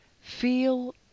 feel